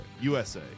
USA